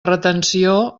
retenció